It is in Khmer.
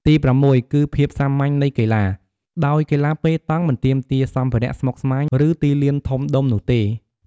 ទីប្រាំមួយគឺភាពសាមញ្ញនៃកីឡា ដោយកីឡាប៉េតង់មិនទាមទារសម្ភារៈស្មុគស្មាញ ឬទីលានធំដុំនោះទេ។